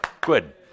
Good